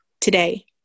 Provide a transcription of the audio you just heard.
today